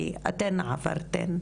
כי אתן עברתן,